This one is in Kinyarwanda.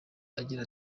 agira